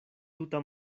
tuta